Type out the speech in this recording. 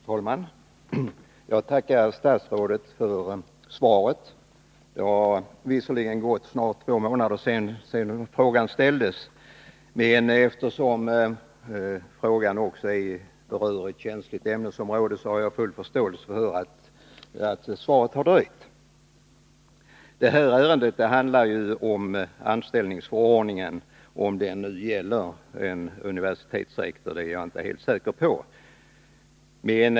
Herr talman! Jag tackar statsrådet för svaret. Det har visserligen gått snart två månader sedan frågan ställdes, men eftersom frågan berör ett känsligt ämnesområde har jag full förståelse för att svaret har dröjt. Detta ärende handlar ju om anställningsförordningen, om den nu gäller för en universitetsrektor — det är jag inte helt säker på.